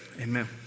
amen